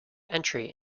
entry